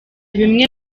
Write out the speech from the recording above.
bimwe